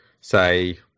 say